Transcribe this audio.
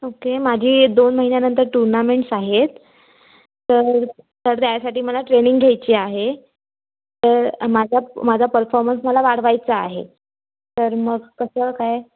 okay माझी दोन महिन्यानंतर टुर्नामेंट्स आहेत तर तर त्यासाठी मला ट्रेनिंग घ्यायची आहे तर माझा प माझा परफॉर्मन्स मला वाढवायचा आहे तर मग कसं काय